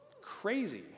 Crazy